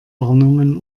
warnungen